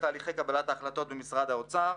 תהליכי קבלת ההחלטות במשרד האוצר: